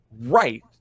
right